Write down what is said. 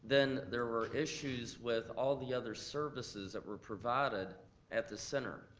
then there were issues with all the other services that were provided at the center,